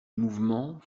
mouvement